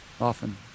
often